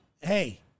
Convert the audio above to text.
hey